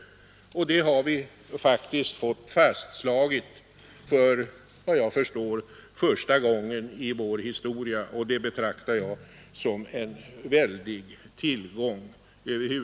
Det har vi faktiskt, såvitt jag kan förstå, för första gången i vår historia nu fått fastslaget, och det betraktar jag som en stor tillgång.